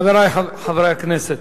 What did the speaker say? חברי חברי הכנסת,